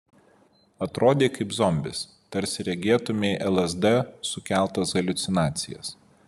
atrodei kaip zombis tarsi regėtumei lsd sukeltas haliucinacijas